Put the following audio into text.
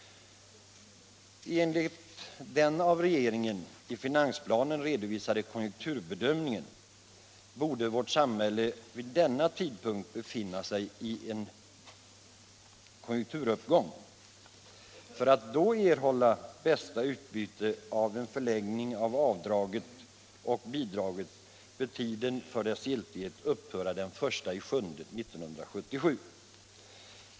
Enligt den av regeringen i finansplanen redovisade konjunkturbedömningen borde vårt samhälle vid denna tidpunkt befinna sig i en konjunkturuppgång. För att då erhålla bästa utbyte av en förlängning av avdraget och bidraget bör tiden för dess giltighet upphöra den 1 juli 1977.